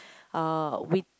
uh with